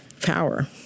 Power